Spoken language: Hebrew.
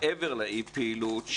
מעבר לאי-פעילות,